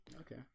Okay